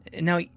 Now